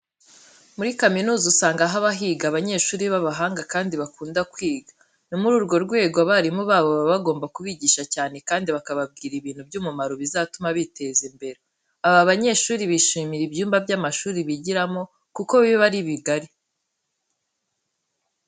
Muri kamuniza usanga haba higa abanyeshuri b'abahanga kandi bakunda kwiga. Ni muri urwo rwego abarimu babo baba bagomba kubigisha cyane kandi bakababwira ibintu by'umumaro bizatuma biteza imbere. Aba banyeshuri bishimira ibyumba by'amashuri bigiramo kuko biba ari bigari.